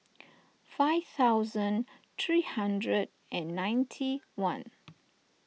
five thousand three hundred and ninety one